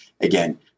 again